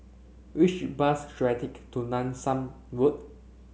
which bus should I take to Nanson Road